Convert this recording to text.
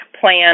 plan